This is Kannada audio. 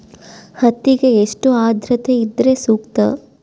ಹತ್ತಿಗೆ ಎಷ್ಟು ಆದ್ರತೆ ಇದ್ರೆ ಸೂಕ್ತ?